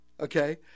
okay